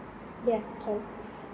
ya can